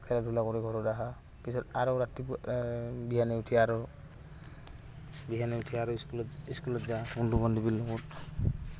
খেলা ধূলা কৰি ঘৰত আহা পিছত আৰু ৰাতিপুৱা বিহানী উঠি আৰু বিহানী উঠি আৰু স্কুলত স্কুলত যাওঁ বন্ধু বান্ধুবীৰ লগত